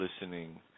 listening